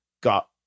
got